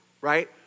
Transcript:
right